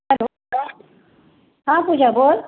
hello हां पूजा बोल